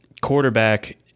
quarterback